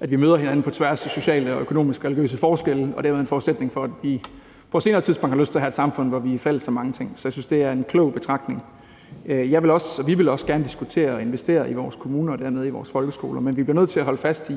at vi møder hinanden på tværs af sociale og økonomiske og religiøse forskelle, og det er en forudsætning for, at vi på et senere tidspunkt har lyst til at have et samfund, hvor vi er fælles om mange ting. Så jeg synes, det er en klog betragtning. Jeg vil også, og vi vil også gerne diskutere at investere i vores kommuner og dermed i vores folkeskoler, men vi bliver nødt til at holde fast i,